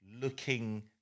looking